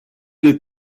des